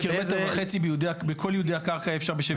שב-1.5 ק"מ בכל ייעודי הקרקע אפשר ב-7?